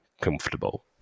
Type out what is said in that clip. comfortable